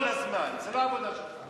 בלי כל קשר לניצחון או לא ניצחון,